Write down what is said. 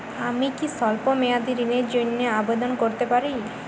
আমি কি স্বল্প মেয়াদি ঋণের জন্যে আবেদন করতে পারি?